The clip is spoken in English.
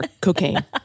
cocaine